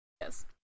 Yes